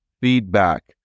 feedback